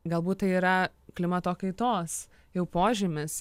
galbūt tai yra klimato kaitos jau požymis